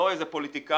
לא איזה פוליטיקאי,